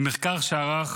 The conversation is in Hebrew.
ממחקר שנערך